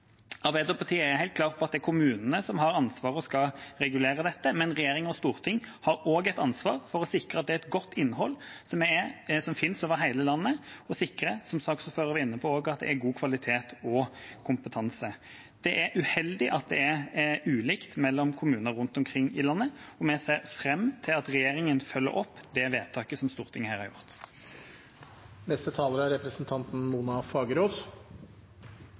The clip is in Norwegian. Arbeiderpartiet er helt klar på at det er kommunene som har ansvaret og skal regulere dette, men regjering og storting har også et ansvar for å sikre at det er et godt innhold, som finnes over hele landet, og at det er god kvalitet og kompetanse, som saksordføreren også var inne på. Det er uheldig at det er ulikt mellom kommuner rundt omkring i landet, og vi ser fram til at regjeringa følger opp det vedtaket som Stortinget her har gjort.